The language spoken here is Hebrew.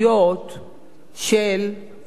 של "צומת ספרים".